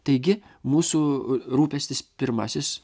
taigi mūsų rūpestis pirmasis